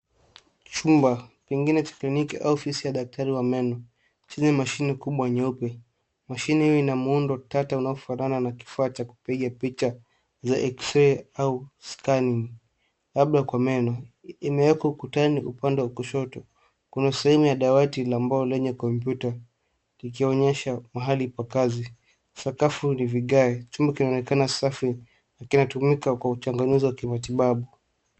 Chumba pengine cha kliniki au ofisi ya daktari wa meno chenye mashini kubwa nyeupe. Mashini hii ina muundo tata unaofanana na kifaa cha kupiga picha za X-Ray au scanning labda kwa meno. Imewekwa kutani upande wa kushoto. Kuna sehemu ya dawati la mbao lenye kompyuta ikionyesha mahali pa kazi. Sakafu ni vigae. Chumba kianonekana safi na kinatumika kwa uchanganuzi wa kimatibabu.